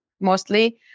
mostly